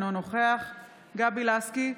אינו נוכח גבי לסקי,